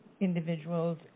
individuals